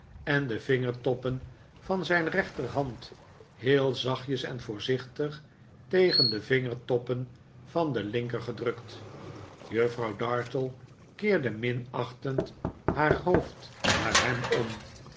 en de vingertoppen van zijn rechterhand heel zachtjes en voorzichtig tegen de vingertoppen van de linker gedrukt juffrouw dartle keerde minachtend haar hp'ofd naar hem om